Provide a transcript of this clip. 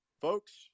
folks